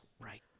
right